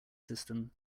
system